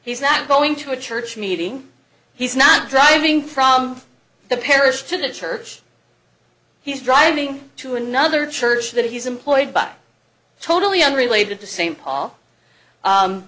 he's not going to a church meeting he's not driving from the parish to the church he's driving to another church that he's employed by totally unrelated to st paul